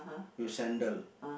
with sandal